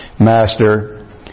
Master